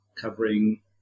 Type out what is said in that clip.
covering